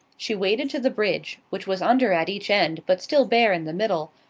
she waded to the bridge, which was under at each end but still bare in the middle,